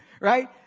right